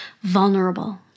vulnerable